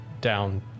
down